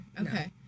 Okay